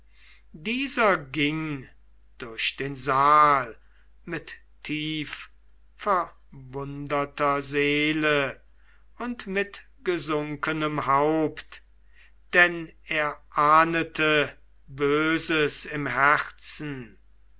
dieser ging durch den saal mit tiefverwunderter seele und mit gesunkenem haupt denn er ahndete böses im herzen